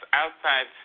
outside